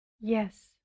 Yes